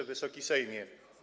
Wysoki Sejmie!